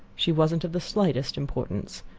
she wasn't of the slightest importance.